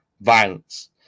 violence